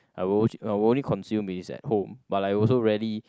I will I will only consume is at home but I also rarely